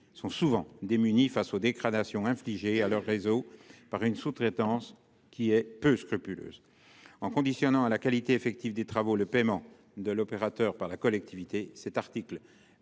sont souvent démunies face aux dégradations infligées à leur réseau par une sous-traitance peu scrupuleuse. En subordonnant à la qualité effective des travaux le paiement de l'opérateur par la collectivité, cet article